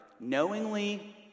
knowingly